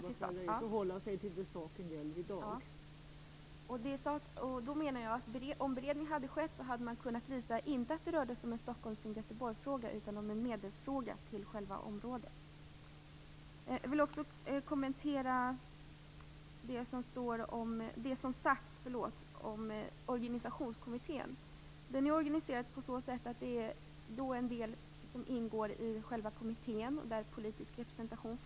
Fru talman! Ja, jag skall hålla mig till saken. Om beredning hade skett skulle man ha kunnat visa att det inte rörde sig om en Stockholms och Göteborgsfråga utan att det rörde sig om en fråga om medel till själva området. Jag vill också kommentera det som har sagts om Organisationskommittén. Organisationen är sådan att en del ingår i själva kommittén, där det finns en politisk representation.